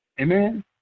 Amen